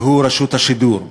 והוא רשות השידור.